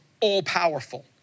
all-powerful